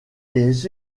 des